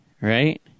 right